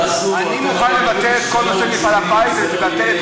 תראה כבר על כמה חוקים היום אמרת שאם נכתוב אותם אתה תתמוך.